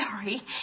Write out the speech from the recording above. sorry